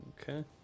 Okay